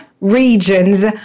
regions